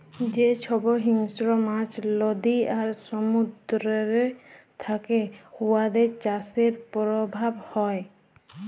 যে ছব হিংস্র মাছ লদী আর সমুদ্দুরেতে থ্যাকে উয়াদের চাষের পরভাব হ্যয়